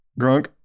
Grunk